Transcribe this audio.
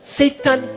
satan